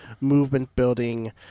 movement-building